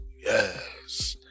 yes